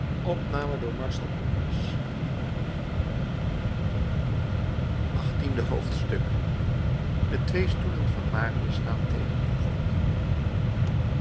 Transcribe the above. achttiende hoofdstuk de twee stoelen van marius staan tegenover elkander